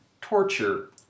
torture